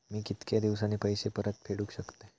मी कीतक्या दिवसांनी पैसे परत फेडुक शकतय?